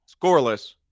Scoreless